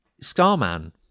Starman